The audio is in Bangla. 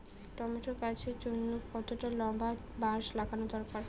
টমেটো গাছের জন্যে কতটা লম্বা বাস লাগানো দরকার?